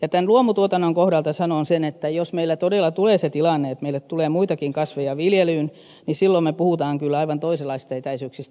tämän luomutuotannon kohdalta sanon sen että jos meillä todella tulee se tilanne että meille tulee muitakin kasveja viljelyyn niin silloin me puhumme kyllä aivan toisenlaisista etäisyyksistä